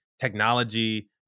technology